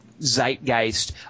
zeitgeist